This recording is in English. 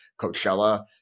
coachella